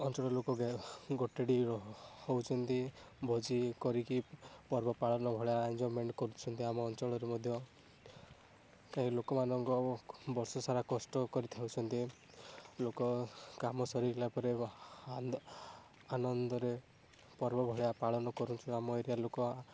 କ ଅଞ୍ଚଳର ଲୋକ ଗେ ଗୋଟେ ଡିର ହଉଛନ୍ତି ଭୋଜି କରିକି ପର୍ବ ପାଳନ ଭଳିଆ ଏଞ୍ଜଏମେଣ୍ଟ କରୁଛନ୍ତି ଆମ ଅଞ୍ଚଳରେ ମଧ୍ୟ କେହି ଲୋକମାନଙ୍କ ବର୍ଷ ସାରା କଷ୍ଟ କରିଥାଉଛନ୍ତି ଲୋକ କାମ ସରିଲା ପରେ ଆନନ୍ଦରେ ପର୍ବ ଭଳିଆ ପାଳନ କରୁଛୁ ଆମ ଏରିଆ ଲୋକ